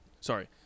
Sorry